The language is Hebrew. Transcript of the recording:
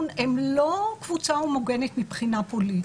הם לא קבוצה הומוגנית מבחינה פוליטית.